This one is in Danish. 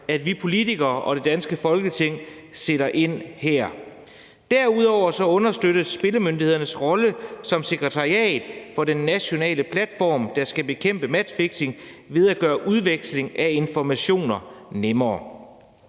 at vi politikere og det danske Folketing sætter ind her. Derudover understøttes spillemyndighedens rolle som sekretariat for den nationale platform, der skal bekæmpe matchfixing, ved at gøre udveksling af informationer nemmere.